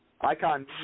Icon